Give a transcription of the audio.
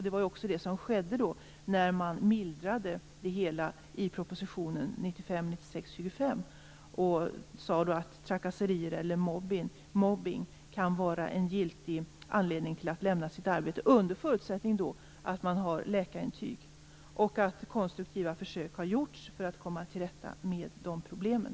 Det var också detta som skedde då man mildrade detta enligt proposition 1995/96:25 och sade att trakasserier eller mobbning kan vara en giltig anledning att lämna sitt arbete, under förutsättning att man har läkarintyg och att konstruktiva försök har gjorts för att komma till rätta med problemen.